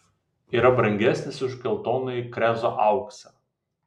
yra brangesnis už geltonąjį krezo auksą